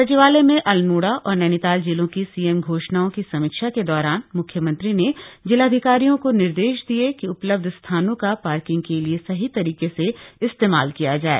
सचिवालय में अल्मोड़ा और नैनीताल जिलों की सीएम घोषणाओं की समीक्षा के दौरान म्ख्यमंत्री ने जिलाधिकारियों को निर्देश दिये कि उपलब्ध स्थानों का पार्किंग के लिए सही तरीके से इस्तेमाल किया जाय